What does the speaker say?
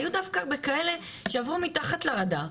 שהיו דווקא בכאלה שעברו מתחת לרדאר,